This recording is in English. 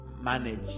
manage